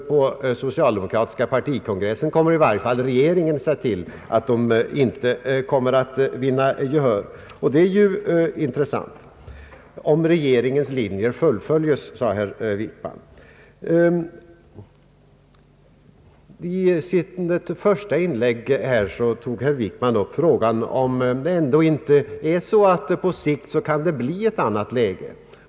På den socialdemokratiska partikongressen kommer i varje fall regeringen att söka se till att de inte vinner gehör. Det är ju intressant. I sitt första inlägg tog herr Wickman upp frågan om det inte på sikt kan bli ett annat läge.